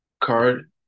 Card